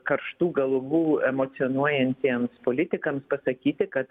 karštų galvų emocionuojantiems politikams pasakyti kad